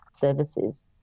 services